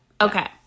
Okay